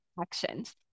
actions